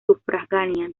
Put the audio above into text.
sufragánea